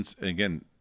again